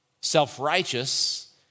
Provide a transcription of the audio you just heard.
Self-righteous